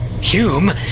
Hume